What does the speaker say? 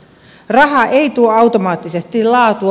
raha ei tuo automaattisesti laatua